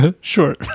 Sure